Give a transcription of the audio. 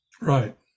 Right